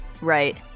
Right